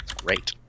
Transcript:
Great